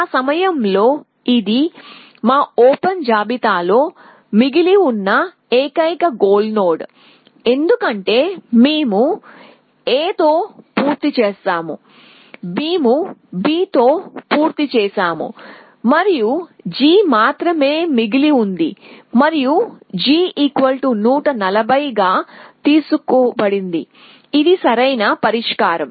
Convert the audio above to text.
ఆ సమయంలో ఇది మా ఓపెన్ జాబితాలో మిగిలి ఉన్న ఏకైక గోల్ నోడ్ ఎందుకంటే మేము A తో పూర్తి చేసాము మేము B తో పూర్తి చేసాము మరియు G మాత్రమే మిగిలి ఉంది మరియు G 140 గా తీసుకోబడుతుంది ఇది సరైన పరిష్కారం